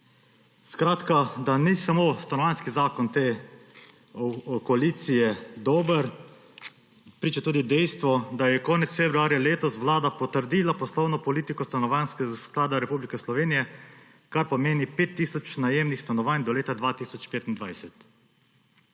živeti. Da ni samo Stanovanjski zakon te koalicije dober, priča tudi dejstvo, da je konec februarja letos Vlada potrdila poslovno politiko Stanovanjskega sklada Republike Slovenije, kar pomeni 5 tisoč najemnih stanovanj do leta 2025.